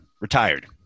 retired